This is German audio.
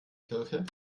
kirche